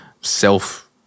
self